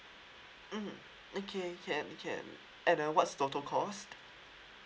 mm okay can can and uh what's total cost